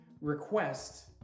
request